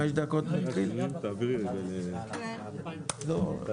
הישיבה ננעלה בשעה 10:35.